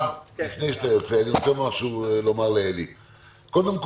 קודם כול,